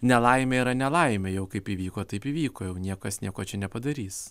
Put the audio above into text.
nelaimė yra nelaimė jau kaip įvyko taip įvyko jau niekas nieko čia nepadarys